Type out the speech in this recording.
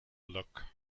look